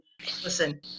listen